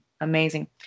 amazing